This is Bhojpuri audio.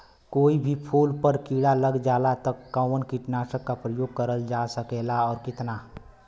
कोई भी फूल पर कीड़ा लग जाला त कवन कीटनाशक क प्रयोग करल जा सकेला और कितना?